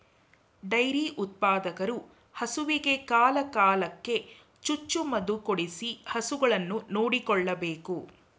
dairy ಉತ್ಪಾದಕರು ಹಸುವಿಗೆ ಕಾಲ ಕಾಲಕ್ಕೆ ಚುಚ್ಚು ಮದುಕೊಡಿಸಿ ಹಸುಗಳನ್ನು ನೋಡಿಕೊಳ್ಳಬೇಕು